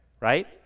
right